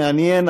מעניין,